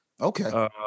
Okay